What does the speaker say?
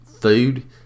food